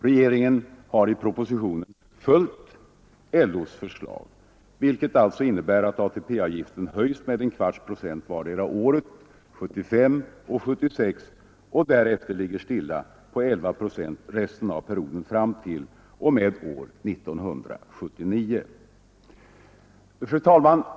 Regeringen har i propositionen följt LO:s förslag, vilket alltså innebär att ATP-avgiften höjs med en kvarts procent vartdera året 1975 och 1976 och därefter ligger stilla på 11 procent resten av perioden t.o.m. år 1979.